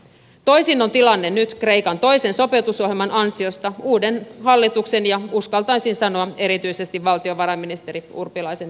toisin on tilanne nyt kreikan toisen sopeutusohjelman ansiosta uuden hallituksen ja uskaltaisin sanoa erityisesti valtiovarainministeri urpilaisen johdosta